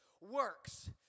works